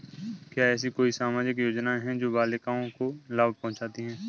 क्या ऐसी कोई सामाजिक योजनाएँ हैं जो बालिकाओं को लाभ पहुँचाती हैं?